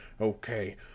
Okay